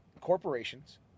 corporations